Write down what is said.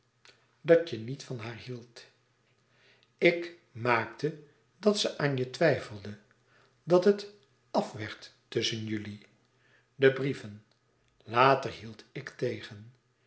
dat je niet van haar hieldt ik maakte dat ze aan je twijfelde dat het àf werd tusschen jullie de brieven later hield ik tegen